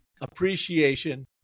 appreciation